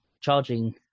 charging